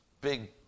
big